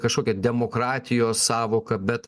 kažkokią demokratijos sąvoką bet